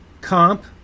comp